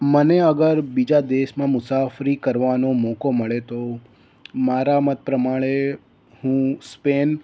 મને અગર બીજા દેશમાં મુસાફરી કરવાનો મોકો મળે તો મારા મત પ્રમાણે હું સ્પેન